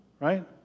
right